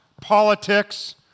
politics